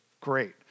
great